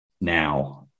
now